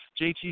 JT